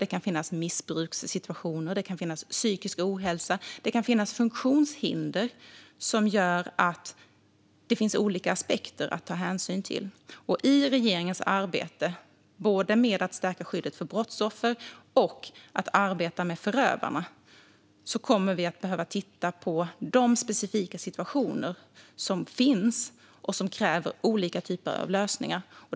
Det kan finnas missbrukssituationer, och det kan finnas psykisk ohälsa. Det kan finnas funktionshinder som innebär att det finns olika aspekter att ta hänsyn till. I regeringens arbete - både med att stärka skyddet för brottsoffer och i arbetet med förövarna - kommer vi att behöva se på de specifika situationer som finns och som kräver olika typer av lösningar.